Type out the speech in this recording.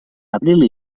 abril